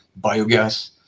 biogas